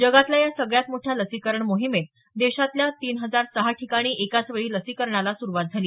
जगातल्या या सगळ्यात मोठ्या लसीकरण मोहिमेत देशातल्या तीन हजार सहा ठिकाणी एकाचवेळी लसीकरणाला सुरुवात झाली